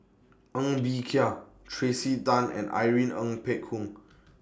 Ng Bee Kia Tracey Tan and Irene Ng Phek Hoong